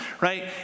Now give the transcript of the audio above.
right